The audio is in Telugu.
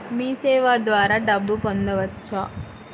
మీసేవ ద్వారా డబ్బు పంపవచ్చా?